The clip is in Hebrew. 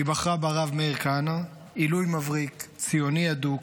היא בחרה ברב מאיר כהנא, עילוי מבריק, ציוני אדוק,